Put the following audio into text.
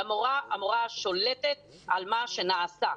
המורה שולטת על מה שנעשה.